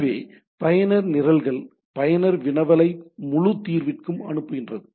எனவே பயனர் நிரல்கள் பயனர் வினவலை முழுத் தீர்விற்கும் அனுப்புகின்றன